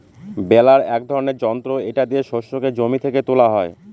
বেলার এক ধরনের যন্ত্র এটা দিয়ে শস্যকে জমি থেকে তোলা হয়